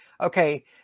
okay